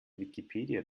wikipedia